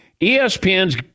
ESPN's